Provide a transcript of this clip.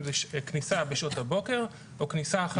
אם זה כניסה בשעות הבוקר או כניסה אחר הצהריים.